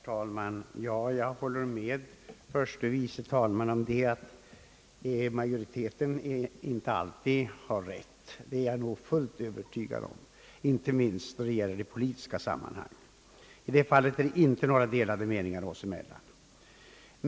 Herr talman! Jag håller med förste vice talmannen om att majoriteten inte alltid har rätt. Inte minst gäller detta i de politiska sammanhangen. I det fallet är det inte några delade meningar oss emellan.